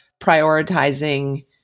prioritizing